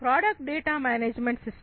product data management system